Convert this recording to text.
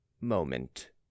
moment